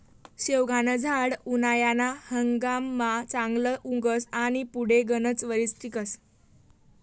शेवगानं झाड उनायाना हंगाममा चांगलं उगस आनी पुढे गनच वरीस टिकस